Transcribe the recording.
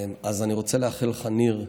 אז אני רוצה לאחל לך, ניר,